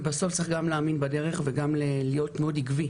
ובסוף צריך גם להאמין בדרך וגם להיות מאוד עקבי.